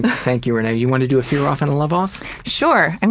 thank you, renee. you wanna do a fear off and a love off? sure. and